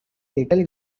little